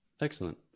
Excellent